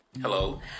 Hello